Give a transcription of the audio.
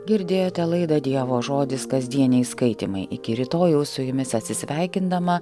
girdėjote laidą dievo žodis kasdieniai skaitymai iki rytojaus su jumis atsisveikindama